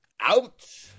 out